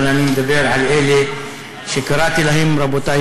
אבל אני מדבר על אלה שקראתי להם "רבותי